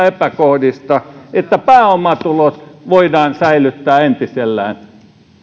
epäkohdista että pääomatulot voidaan säilyttää entisellään